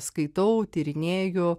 skaitau tyrinėju